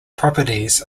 properties